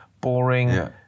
boring